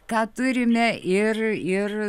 ką turime ir ir